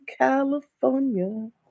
California